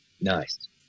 nice